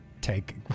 take